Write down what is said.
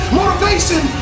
motivation